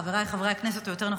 חבריי חברי הכנסת,